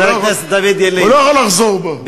הוא לא יכול לחזור בו.